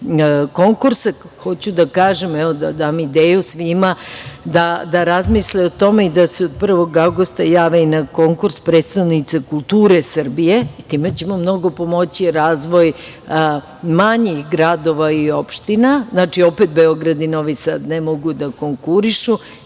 konkursa. Hoću da kažem, evo da dam ideju svima da razmisle o tome i da se od 1. avgusta jave na konkurs predstavnice kulture Srbije i time ćemo mnogo pomoći razvoj manjih gradova i opština. Znači, opet Beograd i Novi Sad ne mogu da konkurišu